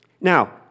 Now